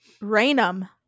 Rainham